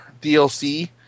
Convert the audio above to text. DLC